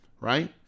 Right